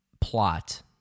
plot